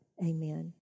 Amen